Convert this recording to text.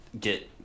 get